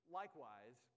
likewise